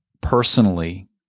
personally